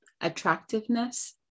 attractiveness